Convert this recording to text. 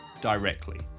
directly